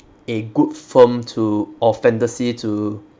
a good film to or fantasy to